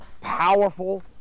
powerful